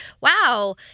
wow